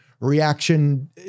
reaction